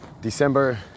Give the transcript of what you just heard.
December